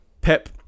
Pep